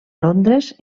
londres